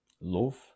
love